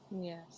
Yes